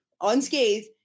unscathed